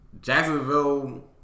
Jacksonville